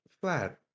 flat